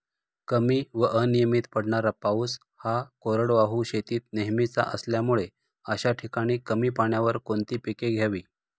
कमी व अनियमित पडणारा पाऊस हा कोरडवाहू शेतीत नेहमीचा असल्यामुळे अशा ठिकाणी कमी पाण्यावर कोणती पिके घ्यावी?